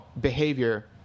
behavior